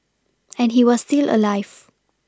and he was still alive